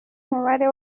umubare